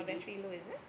your battery low is it